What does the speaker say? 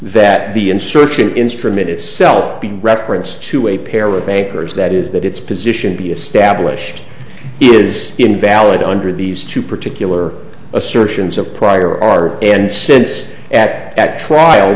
that be inserted instrument itself being referenced to a pair of acres that is that its position be established it is invalid under these two particular assertions of prior are and since at trial